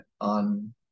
on